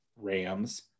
Rams